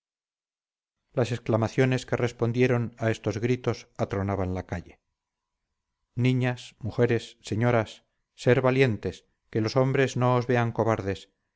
las exclamaciones que respondieron a estos gritos atronaban la calle niñas mujeres señoras ser valientes que los hombres no os vean cobardes